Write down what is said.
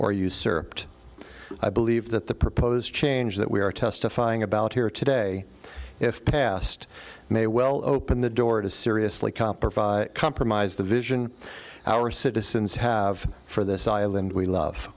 or usurped i believe that the proposed change that we are testifying about here today if passed may well open the door to seriously compromise compromise the vision our citizens have for this island we love